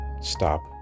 stop